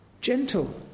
gentle